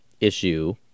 issue